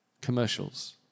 commercials